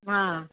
हा